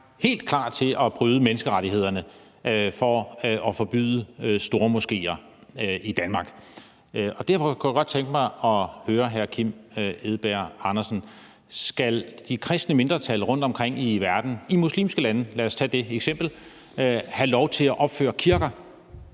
helt klar til at bryde menneskerettighederne for at forbyde stormoskéer i Danmark. Derfor kunne jeg godt tænke mig at høre hr. Kim Edberg Andersen, om de kristne mindretal rundtom i verden i muslimske lande, lad os tage det eksempel, skal have lov til at opføre kirker